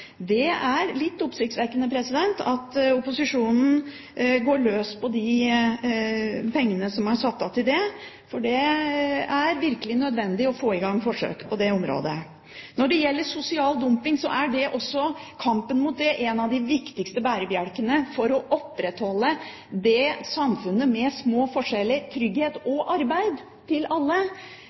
Det er litt oppsiktsvekkende at opposisjonen går løs på de pengene som er satt av til det, for det er virkelig nødvendig å få i gang forsøk på det området. Når det gjelder sosial dumping, er kampen mot det en av de viktigste bærebjelkene for å opprettholde et samfunn med små forskjeller, trygghet og arbeid til alle.